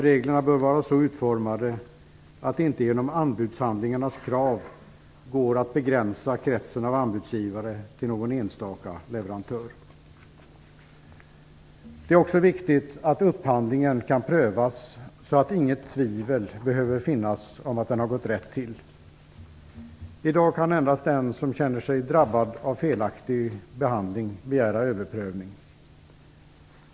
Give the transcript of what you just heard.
Reglerna bör vara så utformande att det inte går att begränsa kretsen av anbudsgivare till någon enstaka leverantör genom anbudshandlingarnas krav. Det är också viktigt att upphandlingen kan prövas så att inget tvivel behöver råda om att den har gått rätt till. I dag kan endast den som känner sig drabbad av felaktig behandling begära överprövning.